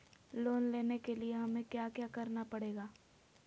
Loan लेने के लिए हमें क्या क्या करना पड़ेगा?